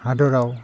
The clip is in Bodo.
हादराव